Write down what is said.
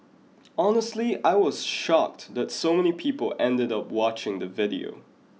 honestly I was shocked that so many people ended up watching the video